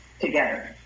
together